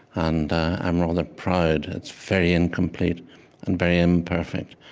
and i'm rather proud. it's very incomplete and very imperfect,